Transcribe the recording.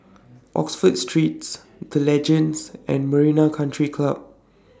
Oxford Streets The Legends and Marina Country Club